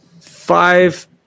five